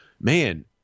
man